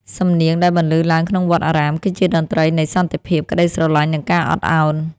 សំនៀងដែលបន្លឺឡើងក្នុងវត្តអារាម គឺជាតន្ត្រីនៃសន្តិភាព ក្ដីស្រឡាញ់ និងការអត់ឱន។